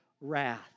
wrath